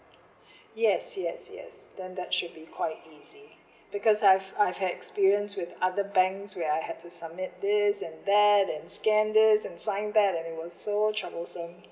yes yes yes then that should be quite easy because I've I've had experience with other banks where I had to submit this and that and scan this and sign that and it was so troublesome